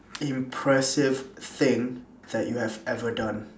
impressive thing that you have ever done